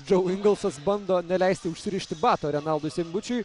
džau ingelsas bando neleisti užsirišti bato renaldui seibučiui